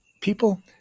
people